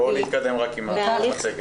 בואו נתקדם עם המצגת.